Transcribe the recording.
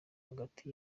hagati